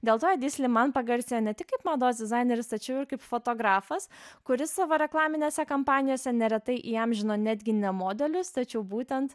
dėl to edi sliman pagarsėjo ne tik kaip mados dizaineris tačiau ir kaip fotografas kuris savo reklaminėse kampanijose neretai įamžino netgi ne modelius tačiau būtent